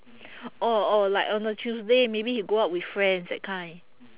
or or like on a tuesday maybe he go out with friends that kind